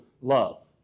love